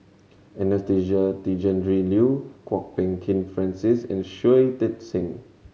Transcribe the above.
Anastasia Tjendri Liew Kwok Peng Kin Francis and Shui Tit Sing